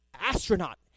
astronaut